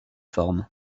formes